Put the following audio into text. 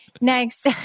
Next